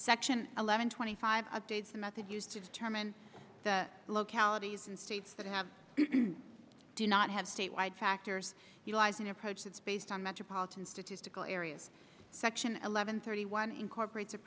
section eleven twenty five a days the method used to determine localities and states that have do not have state wide factors utilizing approaches based on metropolitan statistical areas section eleven thirty one incorporates